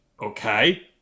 Okay